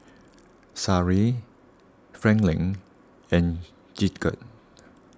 Sariah Franklyn and Gidget